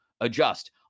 adjust